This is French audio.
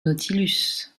nautilus